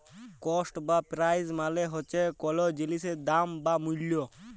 cost বা price মালে হছে কল জিলিসের দাম বা মূল্য